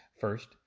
First